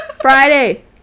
Friday